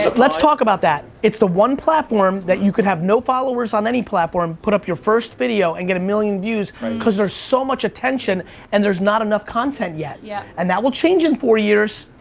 but let's talk about that. it's the one platform that you could have no followers on any platform, put up your first video and get a million views cause there's so much attention and there's not enough content yet. yup. yeah and that will change in four years,